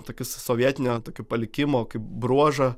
tokius sovietinio palikimo kaip bruožą